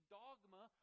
dogma